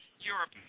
Europe